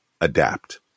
adapt